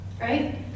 right